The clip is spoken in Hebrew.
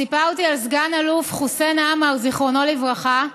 סיפרתי על סגן אלוף חוסיין עמאר, זיכרונו לברכה,